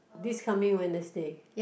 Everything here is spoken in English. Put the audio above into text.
this coming Wednesday